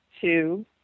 two